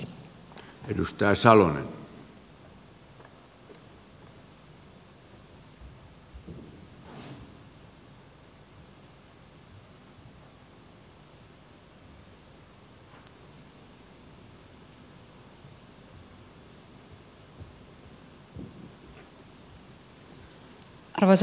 arvoisa puhemies